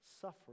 suffering